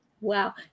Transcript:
Wow